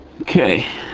Okay